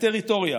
לטריטוריה